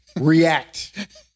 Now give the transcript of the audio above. React